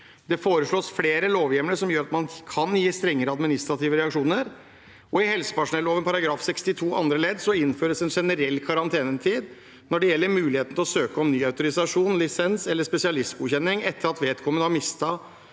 Det foreslås flere lovhjemler som gjør at man kan gi strengere administrative reaksjoner, og i helsepersonelloven § 62 andre ledd innføres en generell karantenetid når det gjelder muligheten til å søke om ny autorisasjon, lisens eller spesialistgodkjenning etter at vedkommen